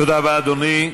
תודה רבה, אדוני.